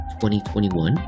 2021